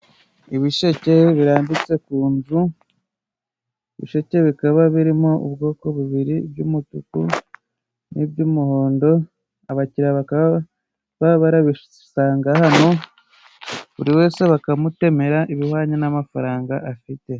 Ibisheke birambitse ku nzu, ibisheke bikaba birimo ubwoko bubiri iby'umutuku n'iby'umuhondo, abakiriya bakaba barabisanga hano buri wese bakamutemera ibihwanye n'amafaranga afite.